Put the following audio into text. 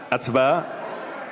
הצבעה,